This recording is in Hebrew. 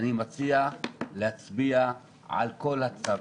אני מציע להצביע על כל הצו,